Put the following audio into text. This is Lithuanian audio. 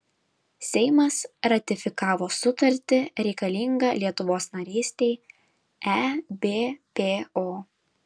seimas ratifikavo sutartį reikalingą lietuvos narystei ebpo